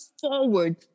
forward